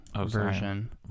version